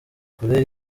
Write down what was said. kure